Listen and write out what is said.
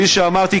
כפי שאמרתי,